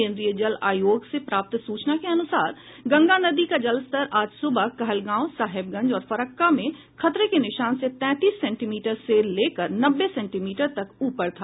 केन्द्रीय जल आयोग से प्राप्त सूचना के अनुसार गंगा नदी का जलस्तर आज सुबह कहलगांव साहेबगंज और फरक्का में खतरे के निशान से तैंतीस सेंटीमीटर से लेकर नब्बे सेंटीमीटर तक ऊपर था